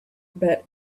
but